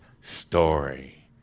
story